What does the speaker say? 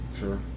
Sure